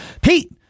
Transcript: pete